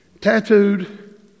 tattooed